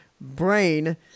brain